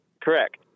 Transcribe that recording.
Correct